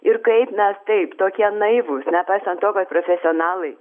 ir kaip nes taip tokie naivūs nepaisant to kad profesionalai